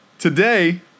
Today